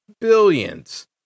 billions